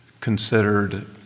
considered